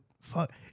fuck